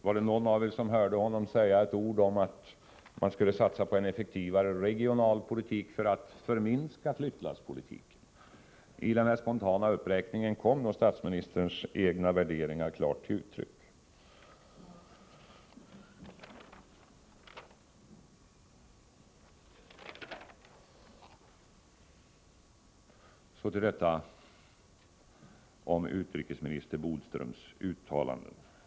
Var det någon av er som hörde honom säga ett ord om att man skulle satsa på en effektivare regional politik för att förminska flyttlasspolitiken? I den spontana uppräkningen kom statsministerns egna värderingar klart till uttryck. Så till detta om utrikesminister Bodströms uttalanden.